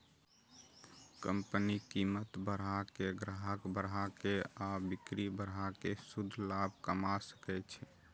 company कीमत बढ़ा के, ग्राहक बढ़ा के आ बिक्री बढ़ा कें शुद्ध लाभ कमा सकै छै